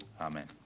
Amen